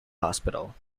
hospital